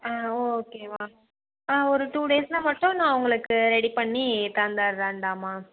ஆ ஓகேவா ஆ ஒரு டூ டேஸில் மட்டும் நான் உங்களுக்கு ரெடி பண்ணி தந்துடுறேன்டாம்மா